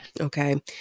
Okay